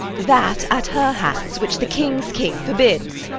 that at her hands which the king's king forbids.